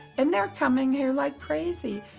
and they're coming here like crazy.